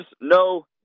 no